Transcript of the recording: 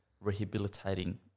rehabilitating